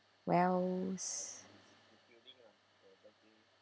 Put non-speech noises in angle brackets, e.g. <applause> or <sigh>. wells <noise>